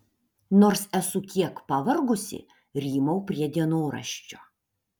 nors esu kiek pavargusi rymau prie dienoraščio